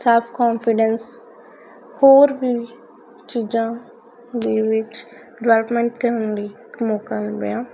ਸਾਫ ਕਾਨਫੀਡੈਂਸ ਹੋਰ ਵੀ ਚੀਜ਼ਾਂ ਦੇ ਵਿੱਚ ਡਵਲਪਮੈਂਟ ਕਰਨ ਲਈ ਇੱਕ ਮੌਕਾ ਮਿਲਿਆ